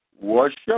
worship